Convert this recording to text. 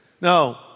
No